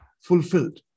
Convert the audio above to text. fulfilled